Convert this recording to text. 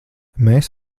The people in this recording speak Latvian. mēs